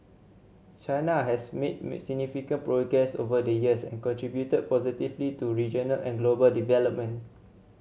China has made may significant progress over the years and contributed positively to regional and global development